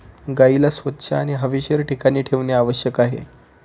गाईला स्वच्छ आणि हवेशीर ठिकाणी ठेवणे आवश्यक आहे